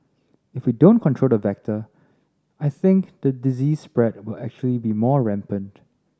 if we don't control the vector I think the disease spread will actually be more rampant